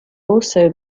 also